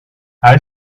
hij